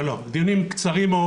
לא, דיונים קצרים מאוד.